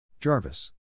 Jarvis